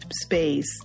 space